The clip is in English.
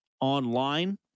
online